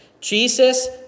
Jesus